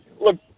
look